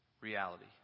reality